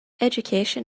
education